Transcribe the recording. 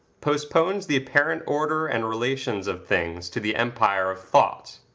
postpones the apparent order and relations of things to the empire of thought.